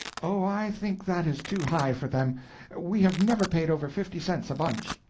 oh, i think that is too high for them we have never paid over fifty cents a bunch.